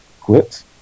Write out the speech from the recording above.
quit